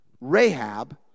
Rahab